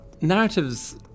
Narratives